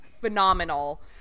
phenomenal